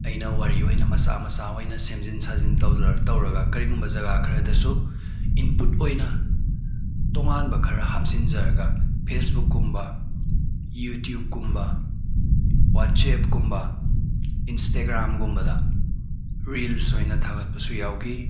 ꯑꯩꯅ ꯋꯥꯔꯤ ꯑꯣꯏꯅ ꯃꯆꯥ ꯃꯆꯥ ꯑꯣꯏꯅ ꯁꯦꯝꯖꯤꯟ ꯁꯥꯖꯤꯟ ꯇꯧꯔꯒ ꯀꯔꯤꯒꯨꯝꯕ ꯖꯒꯥ ꯈꯔꯗꯁꯨ ꯏꯟꯄꯨꯠ ꯑꯣꯏꯅ ꯇꯣꯉꯥꯟꯕ ꯈꯔ ꯍꯥꯞꯆꯤꯟꯖꯔꯒ ꯐꯦꯁꯕꯨꯛ ꯀꯨꯝꯕ ꯌꯨꯇ꯭ꯌꯨꯕ ꯀꯨꯝꯕ ꯋꯥꯠꯆꯦꯞ ꯀꯨꯝꯕ ꯏꯟꯁꯇꯥꯒ꯭ꯔꯥꯝ ꯒꯨꯝꯕꯗ ꯔꯤꯜꯁ ꯑꯣꯏꯅ ꯊꯥꯒꯠꯄꯁꯨ ꯌꯥꯎꯈꯤ